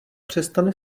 přestane